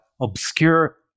obscure